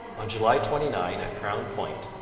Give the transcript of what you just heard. on july twenty nine, at crown point,